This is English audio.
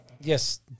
Yes